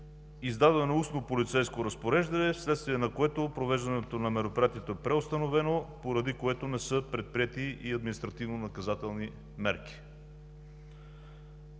Издадено е устно полицейско разпореждане, вследствие на което провеждането на мероприятието е преустановено, поради което не са предприети и административнонаказателни мерки.